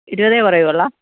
ഇരുപത് കുറയൂള്ളോ